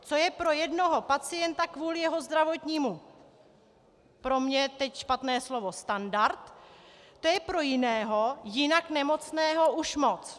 Co je pro jednoho pacienta kvůli jeho zdravotnímu stavu pro mě teď špatné slovo standard, to je pro jiného, jinak nemocného, už moc.